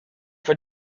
for